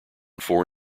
four